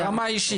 ברמה האישית,